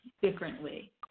differently